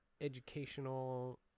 educational